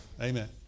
Amen